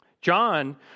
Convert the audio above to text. John